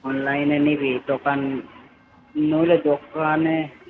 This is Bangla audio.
অনলাইনে নিবি দোকান নইলে দোকানে